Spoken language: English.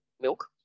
milk